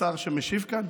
יש שר שמשיב כאן?